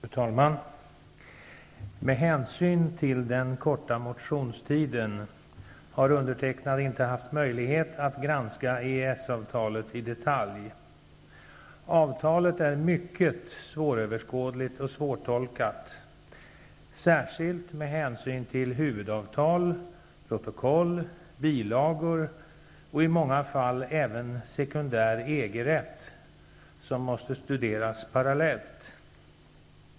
Fru talman! Med hänsyn till den korta motionstiden har jag inte haft möjlighet att granska EES-avtalet i detalj. Avtalet är mycket svåröverskådligt och svårtolkat, särskilt med hänsyn till att huvudavtal, protokoll, bilagor och i många fall även sekundär EG-rätt måste studeras parallellt.